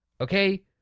okay